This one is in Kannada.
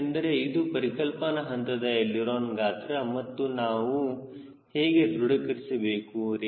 ಪ್ರಶ್ನೆಯೇನೆಂದರೆ ಇದು ಪರಿಕಲ್ಪನಾ ಹಂತದ ಎಳಿರೋನ ಗಾತ್ರ ಎಂದು ನಾನು ಹೇಗೆ ದೃಢೀಕರಿಸಬೇಕು